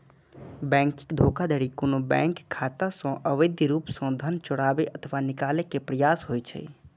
banking धोखाधड़ी कोनो bank खाता सं अवैध रूप सं धन चोराबै अथवा निकाले के प्रयास होइ छै